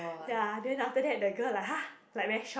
ya then after that the girl like !huh! like very shocked